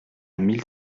mille